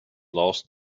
lost